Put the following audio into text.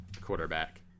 quarterback